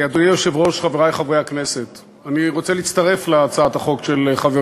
חבר הכנסת נחמן שי, בבקשה.